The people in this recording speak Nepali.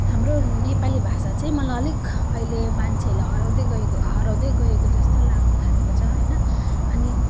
हाम्रो नेपाली भाषा चाहिँ मलाई अलिक अहिले मान्छेहरूले हराउँदै गएको हराउँदै गएको जस्तो लाग्नथालेको छ होइन अनि